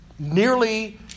nearly